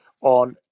on